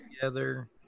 together